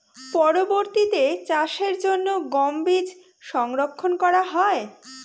পরবর্তিতে চাষের জন্য গম বীজ সংরক্ষন করা হয়?